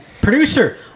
producer